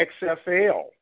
XFL